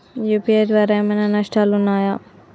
UPI ద్వారా ఏమైనా నష్టాలు ఉన్నయా?